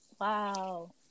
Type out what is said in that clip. Wow